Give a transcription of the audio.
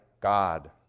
God